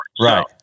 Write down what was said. Right